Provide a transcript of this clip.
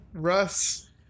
Russ